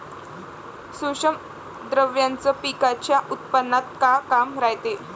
सूक्ष्म द्रव्याचं पिकाच्या उत्पन्नात का काम रायते?